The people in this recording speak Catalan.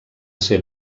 ser